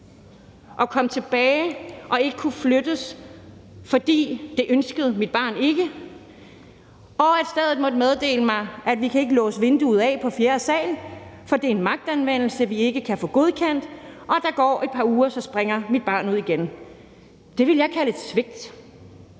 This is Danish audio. og kom tilbage og ikke kunne flyttes, for det ønskede mit barn ikke, og stedet måtte meddele mig, at de ikke kunne låse vinduet af på fjerde sal, for det er en magtanvendelse, de ikke kan få godkendt, og der går et par uger, og så springer mit barn ud igen, ville jeg kalde det et svigt.